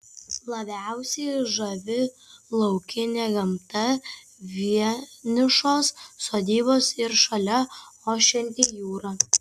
labiausiai žavi laukinė gamta vienišos sodybos ir šalia ošianti jūra